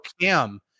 Cam